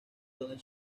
donde